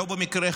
לא במקרה,